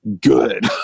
good